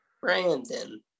brandon